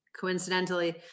Coincidentally